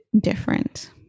different